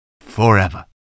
forever